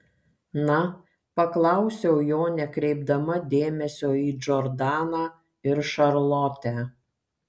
na paklausiau jo nekreipdama dėmesio į džordaną ir šarlotę